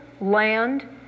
land